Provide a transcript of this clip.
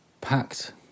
packed